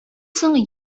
соң